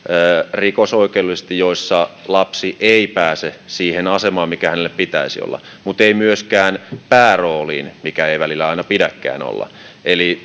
rikosoikeudellisesti joissa lapsi ei ei pääse siihen asemaan mikä hänellä pitäisi olla mutta ei myöskään päärooliin mikä ei ei välillä aina pidäkään olla eli